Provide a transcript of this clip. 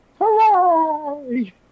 Hooray